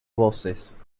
voces